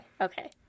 okay